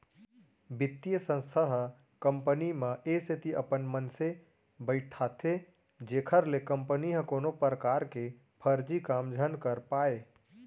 बित्तीय संस्था ह कंपनी म ए सेती अपन मनसे बइठाथे जेखर ले कंपनी ह कोनो परकार के फरजी काम झन कर पाय